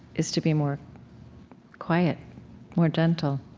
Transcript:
is to be more quiet more gentle